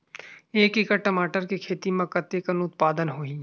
एक एकड़ टमाटर के खेती म कतेकन उत्पादन होही?